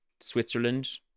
Switzerland